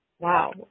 Wow